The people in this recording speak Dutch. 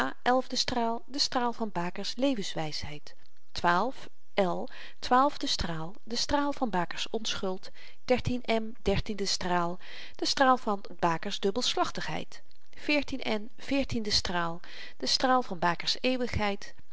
elfde straal de straal van baker's levenswysheid l twaalfde straal de straal van baker's onschuld m dertiende straal de straal van baker's dubbelslachtigheid n veertiende straal de straal van baker's eeuwigheid